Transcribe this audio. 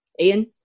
Ian